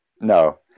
No